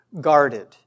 guarded